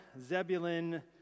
Zebulun